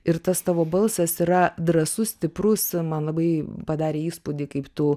ir tas tavo balsas yra drąsus stiprus man labai padarė įspūdį kaip tu